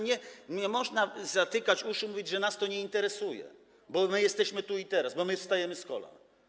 Nie można zatykać uszu i mówić, że nas to nie interesuje, bo my jesteśmy tu i teraz, bo my wstajemy z kolan.